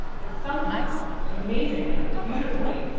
but somehow, amazingly, beautifully,